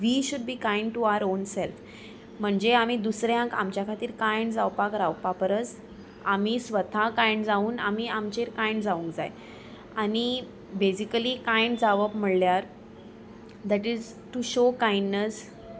V should be kind to our own self म्हणजे आमी दुसऱ्यांक आमच्या खातीर कायंड जावपाक रावपा परस आमी स्वता कायण्ड जावन आमी आमचेर कायंड जावंक जाय आनी बेजिकली क कायण्ड जावप म्हणल्यार that is to show kindness